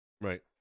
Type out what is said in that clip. Right